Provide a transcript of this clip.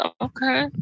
Okay